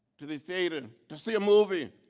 to the theaters, and to see a movie.